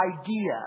idea